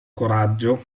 coraggio